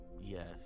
yes